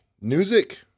music